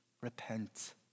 repent